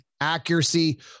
Accuracy